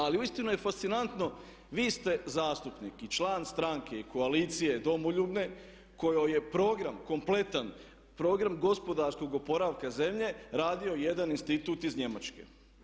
Ali uistinu je fascinantno vi ste zastupnik i član stranke i koalicije Domoljubne kojoj je program, kompletan program gospodarskog oporavka zemlje radio jedan institut iz Njemačke.